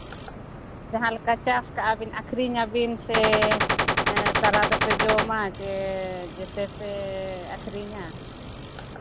ᱡᱟᱦᱟᱸ ᱞᱮᱠᱟ ᱪᱟᱥ ᱠᱟᱜᱼᱟ ᱵᱤᱱ ᱟᱠᱷᱨᱤᱧ ᱟᱵᱤᱱ ᱥᱮ ᱛᱟᱨᱟ ᱫᱚᱯᱮ ᱡᱚᱢᱼᱟ ᱥᱮ ᱡᱮᱛᱮ ᱯᱮ ᱟᱠᱷᱨᱤᱧᱟ